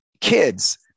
kids